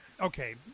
okay